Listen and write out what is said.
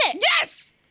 Yes